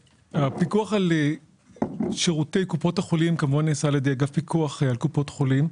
הפיקוח על שירותי קופות החולים נעשה על ידי אגף הפיקוח על קופות החולים.